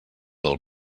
del